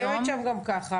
היא יושבת שם גם ככה.